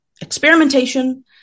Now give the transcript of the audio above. experimentation